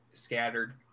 Scattered